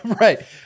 Right